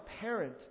parent